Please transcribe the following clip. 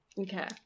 Okay